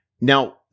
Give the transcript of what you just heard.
now